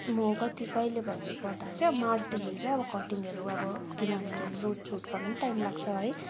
म कति कहिले भन्नु पर्दा चाहिँ अब मार्चदेखिको अब कटिङहरू अब किनभने रुट सुट गर्नु टाइम लाग्छ है